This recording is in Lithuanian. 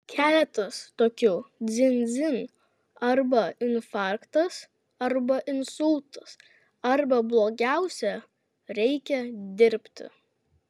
keletas tokių dzin dzin arba infarktas arba insultas arba blogiausia reikia dirbti